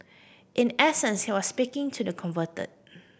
in essence he was speaking to the converted